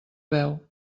veu